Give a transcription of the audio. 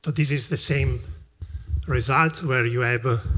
but this is the same results where you are able